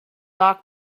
doc